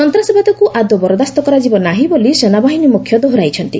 ସନ୍ତାସବାଦକୁ ଆଦୌ ବରଦାସ୍ତ କରାଯିବ ନାହିଁ ବୋଲି ସେନାବାହିନୀ ମୁଖ୍ୟ ଦୋହରାଇଛନ୍ତି